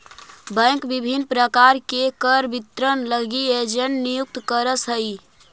bank विभिन्न प्रकार के कर वितरण लगी एजेंट नियुक्त करऽ हइ